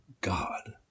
God